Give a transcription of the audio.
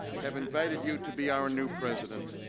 have invited you, to be our new president.